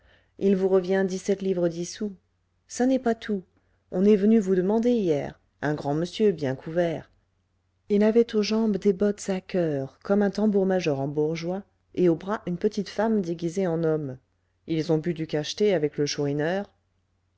il vous revient dix-sept livres dix sous ça n'est pas tout on est venu vous demander hier un grand monsieur bien couvert il avait aux jambes des bottes à coeur comme un tambour-major en bourgeois et au bras une petite femme déguisée en homme ils ont bu du cacheté avec le